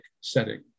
setting